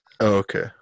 Okay